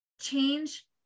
change